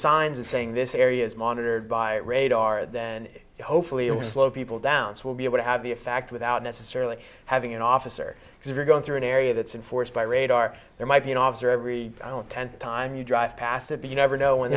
signs of saying this area is monitored by radar then hopefully it will slow people down so we'll be able to have the a fact without necessarily having an officer because if you go through an area that's enforced by radar there might be an officer every i don't tend to time you drive past it but you never know when